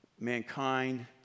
mankind